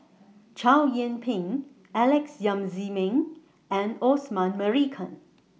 Chow Yian Ping Alex Yam Ziming and Osman Merican